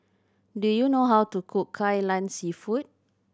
do you know how to cook Kai Lan Seafood